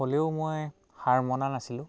হ'লেও মই হাৰ মনা নাছিলোঁ